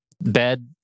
bed